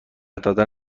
دادن